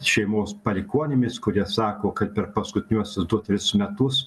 šeimos palikuonimis kurie sako kad per paskutiniuosius du tris metus